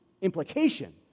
implication